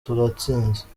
turatsinze